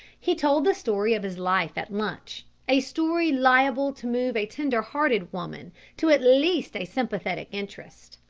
he told the story of his life at lunch, a story liable to move a tender-hearted woman to at least a sympathetic interest.